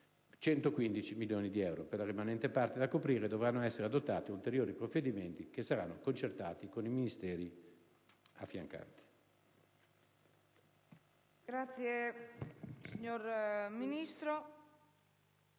115 milioni di euro. Per la rimanente parte da coprire dovranno essere adottati ulteriori provvedimenti che saranno concertati con i Ministeri affiancanti. PRESIDENTE. Hanno